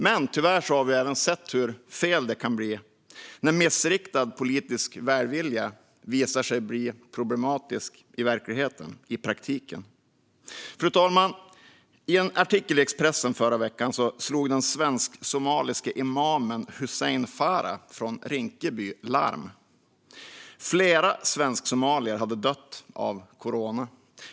Men tyvärr har vi även sett tecken på hur fel det kan bli när missriktad politisk välvilja visar sig bli problematisk i praktiken. Fru talman! I en artikel i Expressen förra veckan slog den svensksomaliske imamen Hussein Farah från Rinkeby larm: Flera svensksomalier hade dött av corona.